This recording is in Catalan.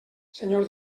senyor